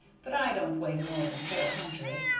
but i don't weigh more than four hundred.